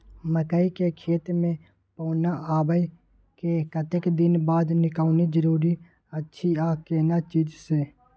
मकई के खेत मे पौना आबय के कतेक दिन बाद निकौनी जरूरी अछि आ केना चीज से?